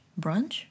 Brunch